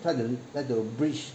try to try to bridge